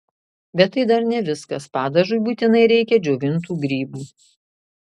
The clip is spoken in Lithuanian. bet tai dar ne viskas padažui būtinai reikia džiovintų grybų